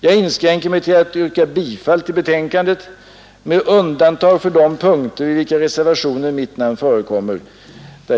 Jag inskränker mig till att yrka bifall till utskottets hemställan med undantag för de punkter vid vilka reservationer med mitt namn förekommer.